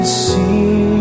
see